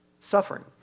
suffering